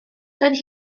doedd